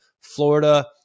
Florida